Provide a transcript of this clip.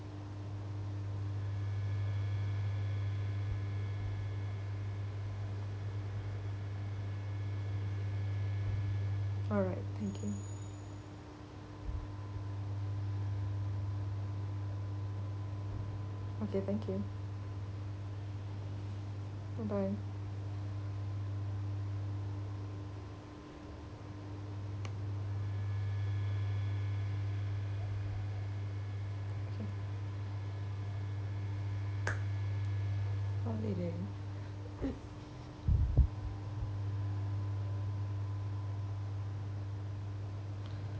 alright thank you okay thank you bye bye found it then